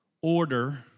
Order